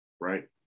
right